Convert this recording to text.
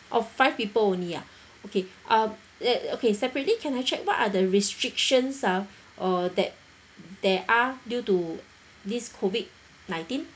oh five people only ah okay uh eh okay separately can I check what are the restrictions ah uh that there are due to this COVID-nineteen